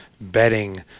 betting